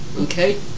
Okay